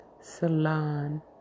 Salon